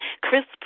crisp